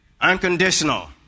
unconditional